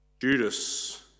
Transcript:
Judas